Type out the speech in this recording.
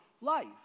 life